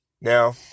Now